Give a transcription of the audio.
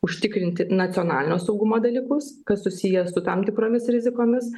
užtikrinti nacionalinio saugumo dalykus kas susiję su tam tikromis rizikomis